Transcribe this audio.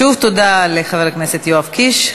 שוב, תודה לחבר הכנסת יואב קיש.